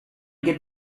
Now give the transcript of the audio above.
get